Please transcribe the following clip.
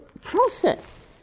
process